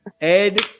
Ed